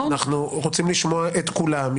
אנחנו רוצים לשמוע את כולם.